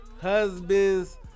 Husbands